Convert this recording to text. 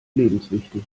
lebenswichtig